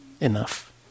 Enough